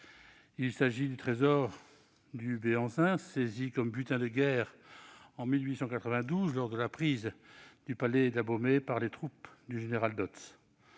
Il s'agit du trésor de Béhanzin saisi comme butin de guerre en 1892, lors de la prise du palais d'Abomey par les troupes du général Dodds.